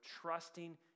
trusting